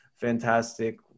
fantastic –